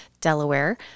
Delaware